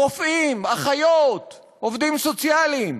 רופאים, אחיות, עובדים סוציאליים.